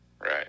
Right